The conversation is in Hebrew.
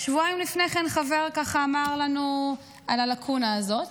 שבועיים לפני כן חבר אמר לנו על הלקונה הזאת,